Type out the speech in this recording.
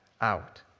out